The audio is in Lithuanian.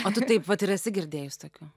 o tu taip vat ir esi girdėjus tokių